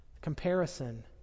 comparison